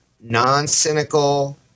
non-cynical